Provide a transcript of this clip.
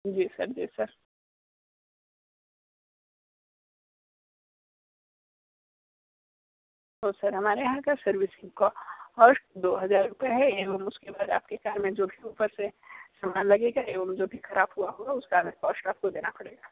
जी sir जी sir हाँ sir हमारे यहाँ का सर्विसिंग कॉस्ट दो हज़ार रूपये है एवं उसके बाद आपकी कार में जो भी ऊपर से सामान लगेगा एवं जो भी ख़राब हुआ होगा उसका अलग कॉस्ट आपको देना पड़ेगा